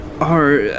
are-